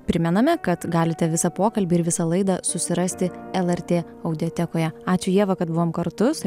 primename kad galite visą pokalbį ir visą laidą susirasti lrt audiotekoje ačiū ieva kad buvom kartu su